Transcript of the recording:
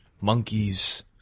monkeys